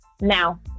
Now